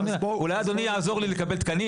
אולי אדוני יעזור לי לקבל תקנים,